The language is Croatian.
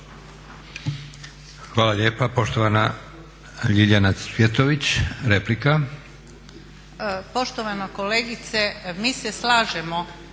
Hvala lijepa. Poštovana Ljuljana Cvjetović, replika.